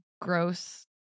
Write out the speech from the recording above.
gross